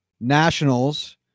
Nationals